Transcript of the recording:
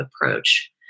approach